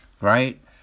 right